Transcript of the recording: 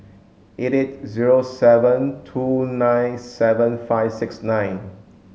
eight zero seven two nine seven five six nine